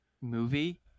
movie